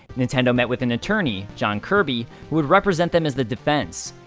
nintendo met with an attorney, john kirby, who would represent them as the defense.